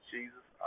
Jesus